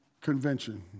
convention